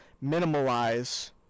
minimize